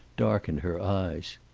darkened her eyes.